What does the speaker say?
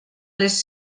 les